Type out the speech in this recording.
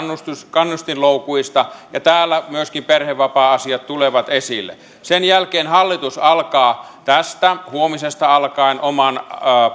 kannustinloukuista ja täällä myöskin perhevapaa asiat tulevat esille sen jälkeen hallitus alkaa tästä huomisesta alkaen oman